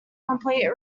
complete